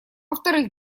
вторых